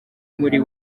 muri